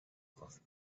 coffee